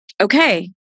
okay